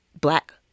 Black